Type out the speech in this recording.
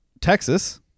Texas